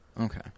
okay